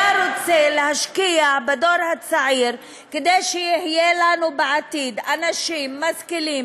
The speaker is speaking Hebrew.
היה רוצה להשקיע בדור הצעיר כדי שיהיו לנו בעתיד אנשים משכילים